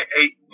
eight